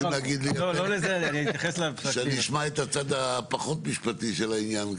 שאני אשמע את הצד הפחות המשפטי של העניין.